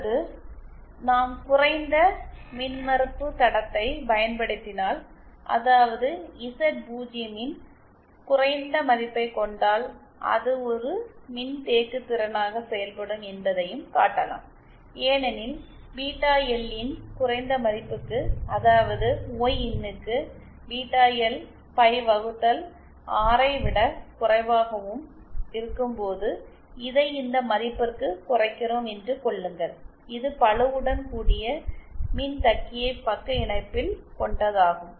அல்லது நாம் குறைந்த மின்மறுப்பு தடத்தை பயன்படுத்தினால் அதாவது இசட்0 ன் குறைந்த மதிப்பைக் கொண்டால் அது ஒரு மின்தேக்குதிறனாக செயல்படும் என்பதையும் காட்டலாம் ஏனெனில் பீட்டா எல் இன் குறைந்த மதிப்புக்கு அதாவது ஒய்இன்னுக்கு பீட்டா எல் பை வகுத்தல் 6ஐ விட குறைவாக இருக்கும்போது இதை இந்த மதிப்பிற்குக் குறைக்கிறோம் என்று கொள்ளுங்கள் இது பளுவுடன் கூடிய மின்தக்கியை பக்க இணைப்பில் கொண்டதாகும்